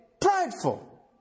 prideful